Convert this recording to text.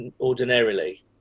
ordinarily